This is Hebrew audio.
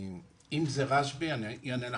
אם זה רשב"י, אני אענה בנפרד.